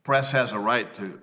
press has a right to